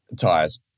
Tires